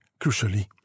crucially